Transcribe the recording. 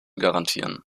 garantieren